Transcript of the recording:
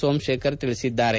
ಸೋಮಶೇಖರ್ ಹೇಳಿದ್ದಾರೆ